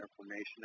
information